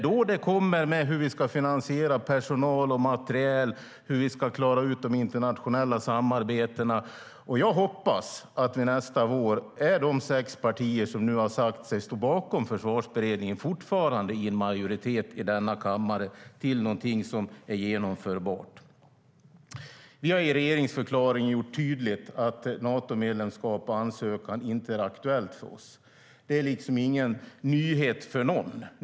Då kommer vi till hur vi ska finansiera personal och materiel och hur vi ska klara av de internationella samarbetena. Jag hoppas att det fortfarande finns en majoritet nästa vår för någonting genomförbart bland de sex partier som nu har sagt sig stå bakom Försvarsberedningen i denna kammare. Vi har i regeringsförklaringen gjort tydligt att Natomedlemskap och ansökan inte är aktuellt för oss. Det är ingen nyhet för någon.